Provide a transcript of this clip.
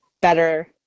better